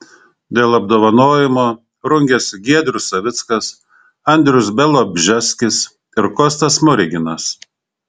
dėl apdovanojimo rungėsi giedrius savickas andrius bialobžeskis ir kostas smoriginas